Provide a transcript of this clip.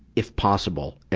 if possible,